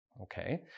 okay